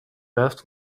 best